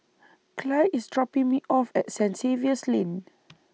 Clide IS dropping Me off At Saint Xavier's Lane